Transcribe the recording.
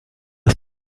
das